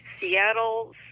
Seattle